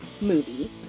movie